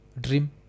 dream